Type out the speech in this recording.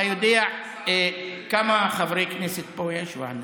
אתה יודע כמה חברי כנסת יש פה?